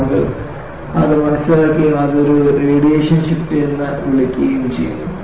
ആളുകൾ അത് മനസ്സിലാക്കുകയും അതിനെ ഒരു റേഡിയേഷൻ ഷിഫ്റ്റ് എന്ന് വിളിക്കുകയും ചെയ്യുന്നു